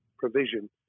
provision